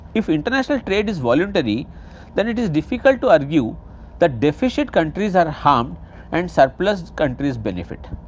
if international trade is voluntary then it is difficult to argue that deficit countries are harmed and surplus countries benefit.